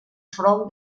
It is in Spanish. from